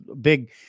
Big